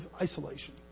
isolation